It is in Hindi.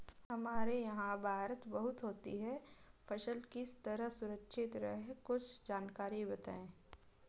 हमारे यहाँ बारिश बहुत होती है फसल किस तरह सुरक्षित रहे कुछ जानकारी बताएं?